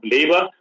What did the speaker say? Labor